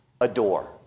adore